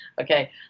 okay